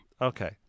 Okay